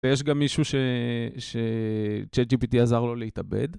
ויש גם מישהו שצ'אט ג'י פיטי עזר לו להתאבד.